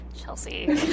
Chelsea